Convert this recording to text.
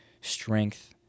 strength